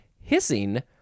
hissing